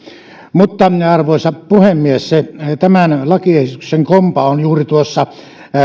mutta arvoisa puhemies tämän lakiesityksen kompa on juuri tuossa